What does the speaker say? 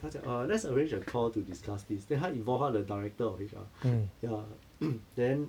他讲 uh let's arrange a call to discuss this then 他 involve 他的 director of H_R ya then